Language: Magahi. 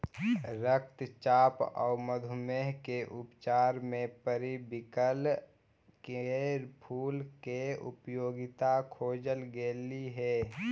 रक्तचाप आउ मधुमेह के उपचार में पेरीविंकल के फूल के उपयोगिता खोजल गेली हे